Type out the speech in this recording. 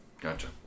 gotcha